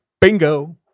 Bingo